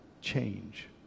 change